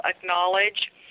acknowledge